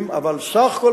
לא רוצה את זה.